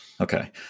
okay